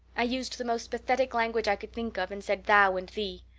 i used the most pathetic language i could think of and said thou and thee.